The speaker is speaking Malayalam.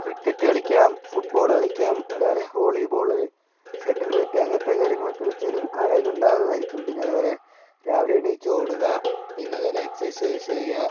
ക്രിക്കറ്റ് കളിക്കാം ഫുട്ബോള് കളിക്കാം അതേപോലെ ഹോളിബോള് ഷട്ടിൽ ബാറ്റ് അങ്ങനത്തെ കാര്യങ്ങളൊക്കെ കളിച്ചാലും ആരോഗ്യം ഉണ്ടാകുന്നതായിരിക്കും പിന്നെ അതുപോലെ രാവിലെ എണീച്ചോടുക പിന്നെ അതുപോലെ എക്സർസൈസ് ചെയ്യുക